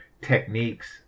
techniques